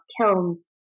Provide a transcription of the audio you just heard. kilns